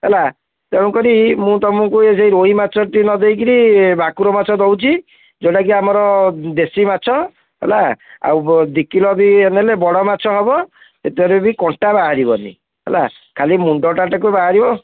ହେଲା ତେଣୁ କରି ମୁଁ ତମକୁ ରୋହି ମାଛଟି ନ ଦେଇକକିରି ଭାକୁର ମାଛ ଦେଉଛି ଯେଉଁଟା କି ଆମର ଦେଶୀ ମାଛ ହେଲା ଆଉ ଦୁଇ କିଲୋ ବି ନେଲେ ବଡ଼ ମାଛ ହେବ ସେଥିରେ ବି କଣ୍ଟା ବାହାରିବନି ହେଲା ଖାଲି ମୁଣ୍ଡଟାକୁ ବାହାରିବ